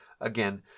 again